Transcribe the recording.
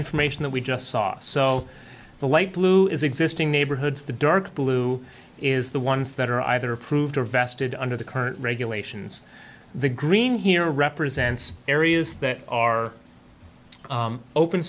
information that we just saw so the light blue is existing neighborhoods the dark blue is the ones that are either approved or vested under the current regulations the green here represents areas that are open